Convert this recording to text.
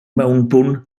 mewnbwn